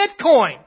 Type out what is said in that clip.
Bitcoin